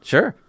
Sure